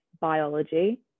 biology